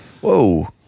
Whoa